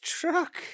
truck